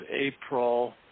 April